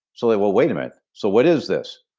so they were, wait a minute. so what is this?